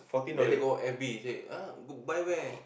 later go F_B he say ah buy where